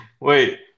wait